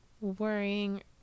worrying